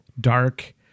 dark